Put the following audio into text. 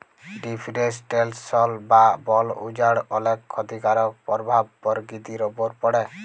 deforestation বা বল উজাড় অলেক খ্যতিকারক পরভাব পরকিতির উপর পড়ে